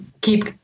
keep